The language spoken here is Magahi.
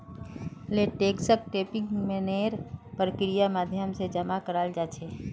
लेटेक्सक टैपिंग नामेर प्रक्रियार माध्यम से जमा कराल जा छे